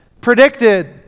predicted